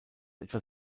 etwa